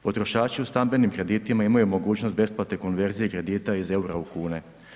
Potrošači u stambenim kreditima imaju mogućnost besplatne konverzije kredita iz EUR-a u kune.